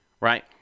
right